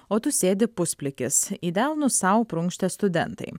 o tu sėdi pusplikis į delnus sau prunkštė studentai